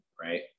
right